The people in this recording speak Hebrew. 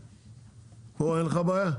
פה אין לך בעיה?